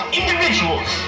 individuals